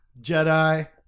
Jedi